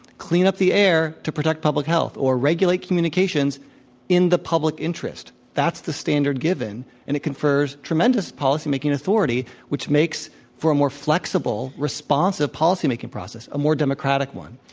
clean up the air air to protect public health, or regulate communications in the public interest. that's the standard given, and it confers tremendous policy making authority which makes for a more flexible, responsive policy making process, a more democratic one.